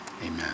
Amen